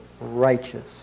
righteous